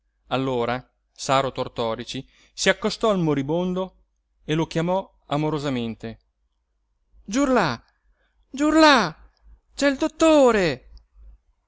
allora saro tortorici si accostò al moribondo e lo chiamò amorosamente giurlà giurlà c'è il dottore